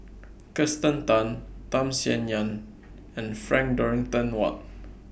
Kirsten Tan Tham Sien Yen and Frank Dorrington Ward